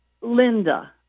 Linda